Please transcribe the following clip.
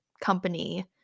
company